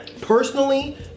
personally